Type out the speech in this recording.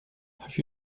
have